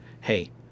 hey